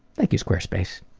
thank you, squarespace.